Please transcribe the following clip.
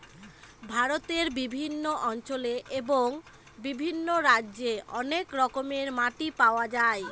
ভারতের বিভিন্ন অঞ্চলে এবং বিভিন্ন রাজ্যে অনেক রকমের মাটি পাওয়া যায়